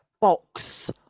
box